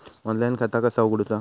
Online खाता कसा उगडूचा?